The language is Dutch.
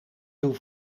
doen